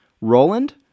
Roland